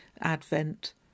Advent